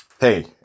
Hey